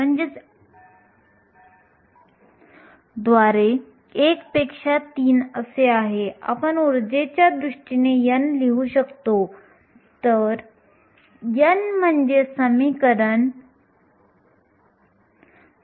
आपण बोल्टझमँन कार्य म्हणून फर्मी कार्य असा अंदाज करू शकतो आणि हे exp⁡kT असे लिहू शकतो